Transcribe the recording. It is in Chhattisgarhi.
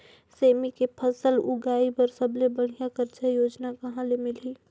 सेमी के फसल उगाई बार सबले बढ़िया कर्जा योजना कहा ले मिलही?